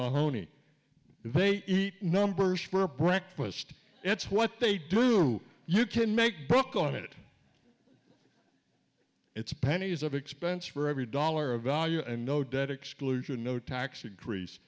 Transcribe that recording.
mahoney they eat numbers for breakfast it's what they do you can make book on it it's pennies of expense for every dollar of value and no debt exclusion no tax increase